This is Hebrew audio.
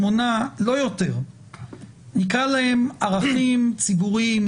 שמונה נקרא להם: ערכים ציבוריים,